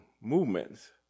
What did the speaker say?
movements